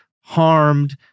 harmed